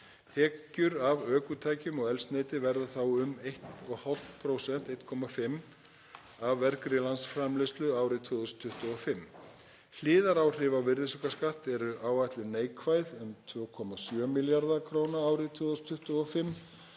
Tekjur af ökutækjum og eldsneyti verða þá um 1,5% af vergri landsframleiðslu árið 2025. Hliðaráhrif á virðisaukaskatt eru áætluð neikvæð um 2,7 milljarða kr. árið 2025